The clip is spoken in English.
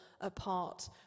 apart